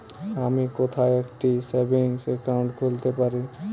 আমি কোথায় একটি সেভিংস অ্যাকাউন্ট খুলতে পারি?